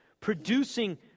producing